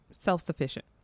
self-sufficient